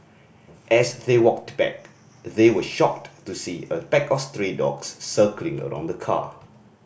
as they walked back they were shocked to see a pack of stray dogs circling around the car